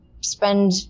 spend